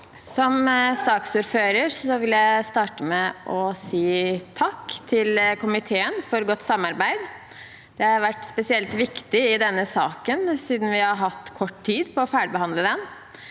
Som saksordfører vil jeg starte med å si takk til komiteen for godt samarbeid. Det har vært spesielt viktig i denne saken, siden vi har hatt kort tid på å ferdigbehandle den.